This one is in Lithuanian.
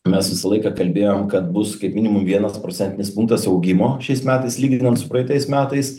mes visą laiką kalbėjom kad bus kaip minimum vienas procentinis punktas augimo šiais metais lyginant su praeitais metais